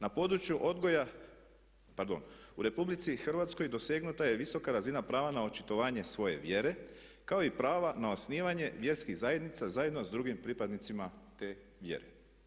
Na području odgoja, pardon, u RH dosegnuta je visoka razina prava na očitovanje svoje vjere kao i prava na osnivanje vjerskih zajednica zajedno s drugim pripadnicima te vjere.